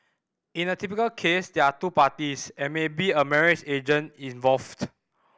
in a typical case there are two parties and maybe a marriage agent involved